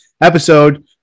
episode